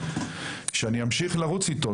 שאני אמשיך לרוץ איתו,